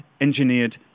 engineered